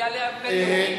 שערורייה בין-לאומית.